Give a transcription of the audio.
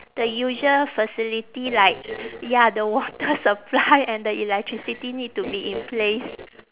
the usual facility like ya the water supply and the electricity need to be in place